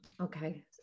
Okay